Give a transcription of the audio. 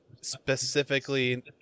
specifically